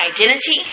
identity